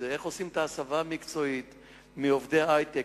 איך עושים את ההסבה המקצועית של עובדי היי-טק,